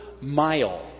mile